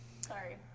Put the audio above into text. Sorry